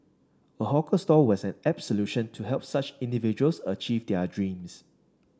a hawker stall was an apt solution to help such individuals achieve their dreams